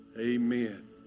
Amen